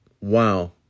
Wow